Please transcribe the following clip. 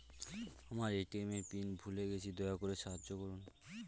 আমার এ.টি.এম এর পিন ভুলে গেছি, দয়া করে সাহায্য করুন